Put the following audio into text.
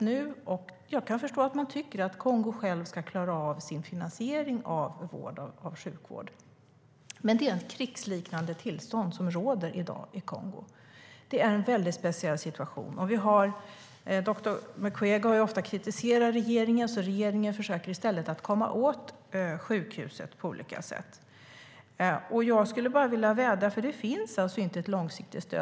Det finns inget långsiktigt stöd.